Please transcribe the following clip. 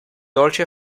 dolci